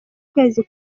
kwezi